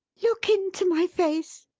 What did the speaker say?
look into my face,